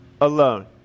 alone